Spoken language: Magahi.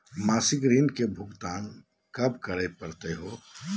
मासिक ऋण के भुगतान कब करै परही हे?